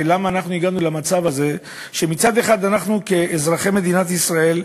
למה הגענו למצב הזה שמצד אחד אנחנו כאזרחי מדינת ישראל,